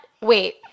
Wait